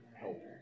help